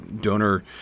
donor